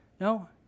no